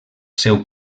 seu